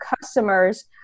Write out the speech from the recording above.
customers